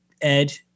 Ed